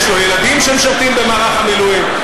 יש לו ילדים שמשרתים במערך המילואים,